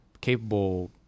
capable